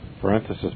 parenthesis